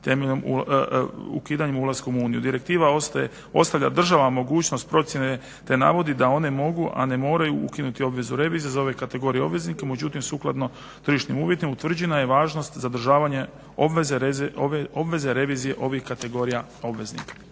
temeljem ulaska u EU. Direktiva ostavlja državama mogućnost procjene te navodi da one mogu a ne moraju ukinuti obvezu revizije za ove kategorije obveznika. Međutim, sukladno tržišnim uvjetima utvrđena je važnost zadržavanja obveze revizije ovih kategorija obveznika.